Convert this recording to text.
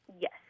Yes